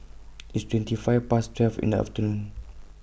IT IS twenty five Past twelve in The afternoon